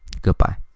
Goodbye